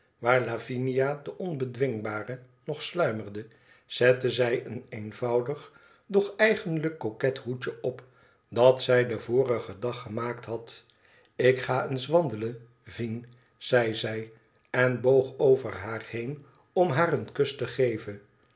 waar lavinia de onbedwingbare nog sluimerde zette zij een eenvoudig doch eigenlijk coquet hoedje op dat zij den vorigen dag gemaakt had tik ga eens wandelen vine zei zij en boog over haiu heen om haar een kus te geven